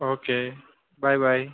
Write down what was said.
okay bye bye